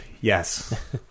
Yes